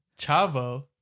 Chavo